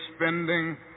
spending